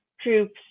troops